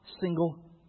single